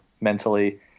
mentally